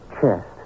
chest